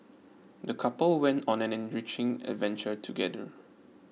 the couple went on an enriching adventure together